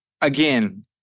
again